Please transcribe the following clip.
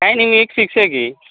काय आणि मी फिक्स आहे की